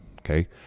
okay